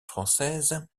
française